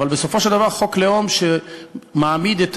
אבל בסופו של דבר חוק לאום שמעמיד את